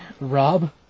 Rob